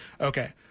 Okay